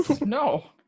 No